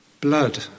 blood